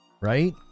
right